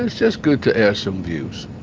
and just good to air some views